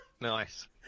nice